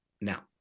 now